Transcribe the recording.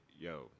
yo